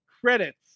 credits